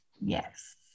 Yes